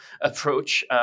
approach